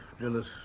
jealous